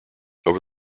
over